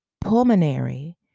pulmonary